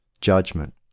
judgment